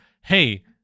hey